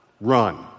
run